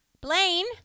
Blaine